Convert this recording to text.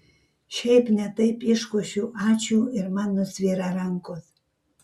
šiaip ne taip iškošiu ačiū ir man nusvyra rankos